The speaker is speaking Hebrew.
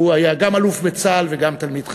הוא היה גם אלוף בצה"ל וגם תלמיד חכם,